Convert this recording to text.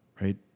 right